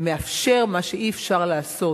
מאפשר מה שאי-אפשר לעשות